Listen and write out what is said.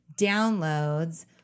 downloads